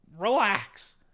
relax